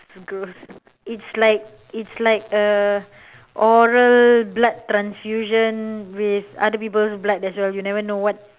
gross it's like it's like a oral blood transfusion with other people's blood as well you never know what